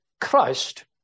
Christ